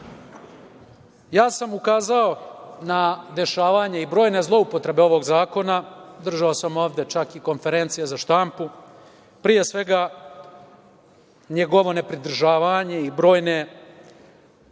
Ja sam ukazao na dešavanje i brojne zloupotrebe ovog zakona, držao sam ovde čak i konferencije za štampu, pre svega, njegovo nepridržavanje i brojne